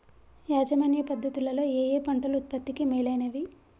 యాజమాన్య పద్ధతు లలో ఏయే పంటలు ఉత్పత్తికి మేలైనవి?